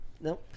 no